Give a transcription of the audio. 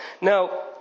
now